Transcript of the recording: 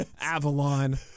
Avalon